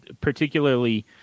particularly